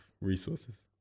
resources